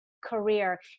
career